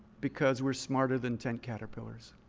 because we're smarter than tent caterpillars.